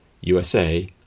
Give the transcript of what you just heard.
USA